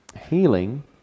healing